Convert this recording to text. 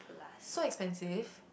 so expensive